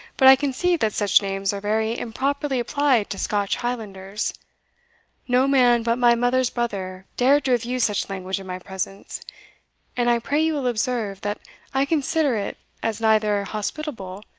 but i conceive that such names are very improperly applied to scotch highlanders no man but my mother's brother dared to have used such language in my presence and i pray you will observe, that i consider it as neither hospitable,